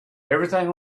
everything